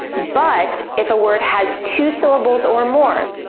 but, if a word has two syllables or more,